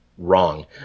Wrong